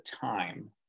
time